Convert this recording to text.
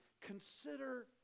consider